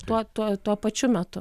tuo tuo tuo pačiu metu